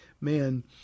man